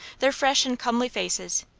their fresh and comely faces,